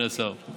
אדוני השר,